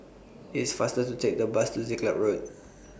IT IS faster to Take The Bus to Siglap Road